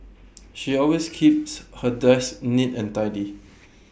she always keeps her desk neat and tidy